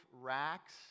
racks